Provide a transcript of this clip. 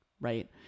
right